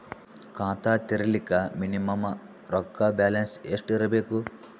ಖಾತಾ ತೇರಿಲಿಕ ಮಿನಿಮಮ ರೊಕ್ಕ ಬ್ಯಾಲೆನ್ಸ್ ಎಷ್ಟ ಇರಬೇಕು?